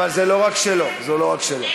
אבל זה לא רק שלו, זה